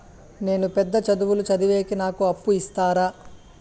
నేను పెద్ద చదువులు చదివేకి నాకు అప్పు ఇస్తారా